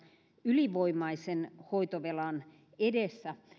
ylivoimaisen hoitovelan edessä